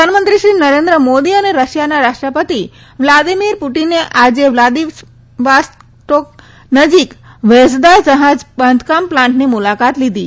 પ્રધાનમંત્રી શ્રી નરેન્દ્ર મોદી અને રશિયાના રાષ્ટ્રપતિ વ્લાદિમીર પુટીને આજે વ્લાદિવાસ્ટોક નજીક વેઝદા જ્હાજ બાંધકામ પ્લાન્ટની મુલાકાત લીધી